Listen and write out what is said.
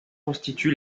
constitue